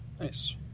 Nice